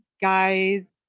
guys